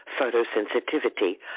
photosensitivity